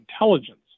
intelligence